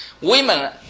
women